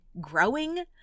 growing